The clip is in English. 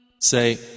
Say